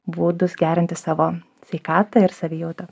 būdus gerinti savo sveikatą ir savijautą